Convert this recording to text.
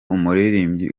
umuririmbyi